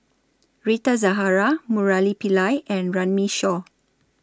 Rita Zahara Murali Pillai and Runme Shaw